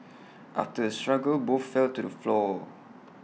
after A struggle both fell to the floor